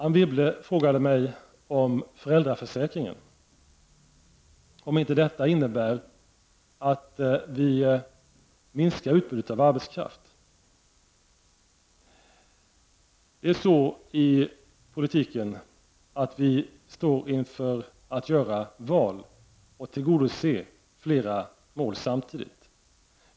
Anne Wibble frågade mig om inte utbyggnaden av föräldraförsäkringen innebär att vi minskar utbudet av arbetskraft. I politiken står vi inför att göra val och tillgodose flera mål samtidigt.